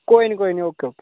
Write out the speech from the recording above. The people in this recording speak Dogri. कोई नी कोई नी ओके ओके